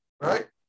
Right